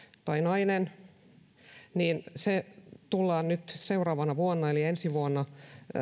tai nainen tullaan nyt seuraavana vuonna eli ensi vuonna